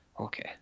okay